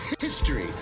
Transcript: history